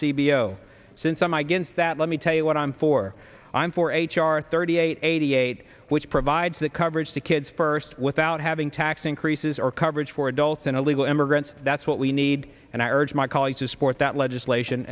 s since i'm against that let me tell you what i'm for i'm for h r thirty eight eighty eight which provides that coverage to kids first without having tax increases or coverage for adults and illegal immigrants that's what we need and i urge my colleagues to sport that legislation